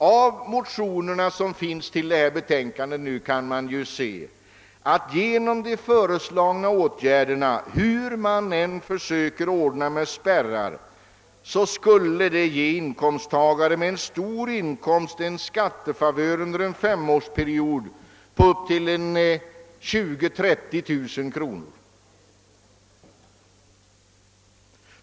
Av de motioner som behandlas i detta betänkande kan man se att genom de föreslagna åtgärderna — hur man än försöker ordna med spärrar — skulle inkomsttagare med stor inkomst få en skattefavör under en femårsperiod på upp till 20000—30 000 kronor.